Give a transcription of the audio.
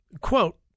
Quote